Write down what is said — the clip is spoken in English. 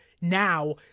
now